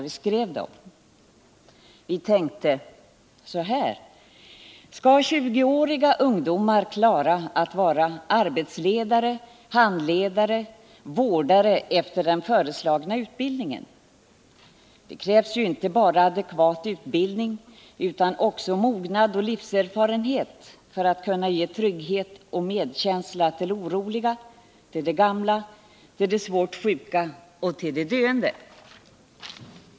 Vi tänkte: Skall 20-åriga ungdomar klara att vara arbetsledare, handledare, vårdare efter den föreslagna utbildningen? Det krävs ju inte bara adekvat utbildning utan också mognad och livserfarenhet för att kunna ge trygghet och medkänsla till oroliga, gamla, svårt sjuka och döende.